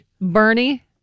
Bernie